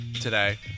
today